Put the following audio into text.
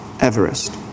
Everest